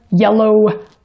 yellow